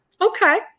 okay